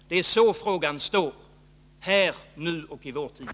Det är så frågan står här, nu och i vår tid.